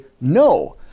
no